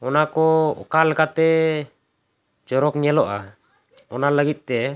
ᱚᱱᱟ ᱠᱚ ᱚᱠᱟ ᱞᱮᱠᱟᱛᱮ ᱪᱚᱨᱚᱠ ᱧᱮᱞᱚᱜᱼᱟ ᱚᱱᱟ ᱞᱟᱹᱜᱤᱫ ᱛᱮ